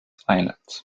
islands